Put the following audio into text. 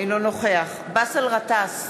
אינו נוכח באסל גטאס,